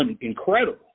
incredible